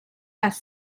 las